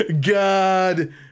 God